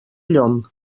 llom